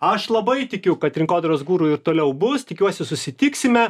aš labai tikiu kad rinkodaros guru ir toliau bus tikiuosi susitiksime